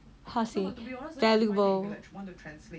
how to say valuable